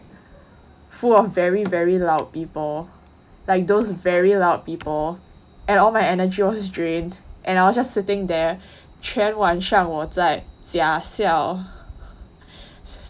full of very very loud people like those very loud people and all my energy was drained and I just sitting there 全晚上我在假笑